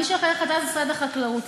מי שאחראי לחטיבה זה משרד החקלאות.